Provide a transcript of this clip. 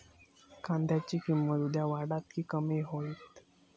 कांद्याची किंमत उद्या वाढात की कमी होईत?